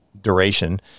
duration –